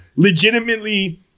Legitimately